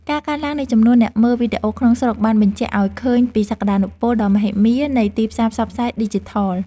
ការកើនឡើងនៃចំនួនអ្នកមើលវីដេអូក្នុងស្រុកបានសបញ្ជាក់ឱ្យឃើញពីសក្តានុពលដ៏មហិមានៃទីផ្សារផ្សព្វផ្សាយឌីជីថល។